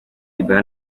dybala